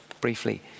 briefly